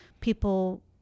people